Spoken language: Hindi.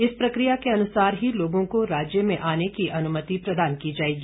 इस प्रक्रिया के अनुसार ही लोगों को राज्य में आने की अनुमति प्रदान की जाएगी